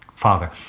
Father